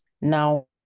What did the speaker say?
Now